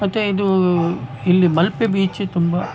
ಮತ್ತೆ ಇದೂ ಇಲ್ಲಿ ಮಲ್ಪೆ ಬೀಚ್ ತುಂಬ